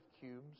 cubes